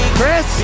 Chris